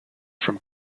from